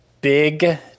big